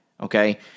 Okay